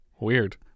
Weird